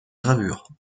gravures